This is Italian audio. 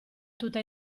tutta